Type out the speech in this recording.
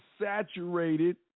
saturated